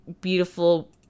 beautiful